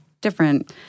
different